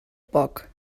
poc